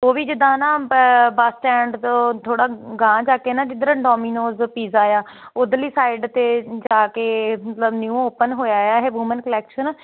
ਉਹ ਵੀ ਜਿੱਦਾਂ ਨਾ ਬੱਸ ਸਟੈਂਡ ਤੋਂ ਥੋੜਾ ਗਾਂਹ ਜਾ ਕੇ ਨਾ ਜਿੱਧਰ ਡੋਮੀਨੋਸ ਪੀਜ਼ਾ ਆ ਉਧਰਲੀ ਸਾਈਡ ਤੇ ਜਾ ਕੇ ਮਤਲਵ ਨਿਊ ਓਪਨ ਹੋਇਆ ਆ ਇਹ ਵੁਮੈਨ ਕਲੈਕਸ਼ਨ